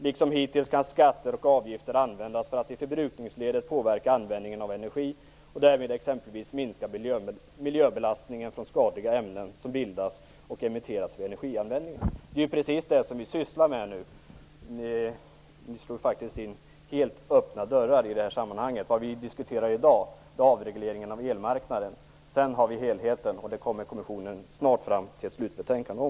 Liksom hittills kan skatter och avgifter användas för att i förbrukningsledet påverka användningen av energin och därmed exempelvis minska miljöbelastningen från skadliga ämnen som bildas och emitteras vid energianvändningen. Det är precis det vi sysslar med nu. Ni slår faktiskt in helt öppna dörrar i det här sammanhanget. Det vi diskuterar i dag är avregleringen av elmarknaden. Sedan har vi helheten, och den kommer kommissionen snart fram till ett slutbetänkande om.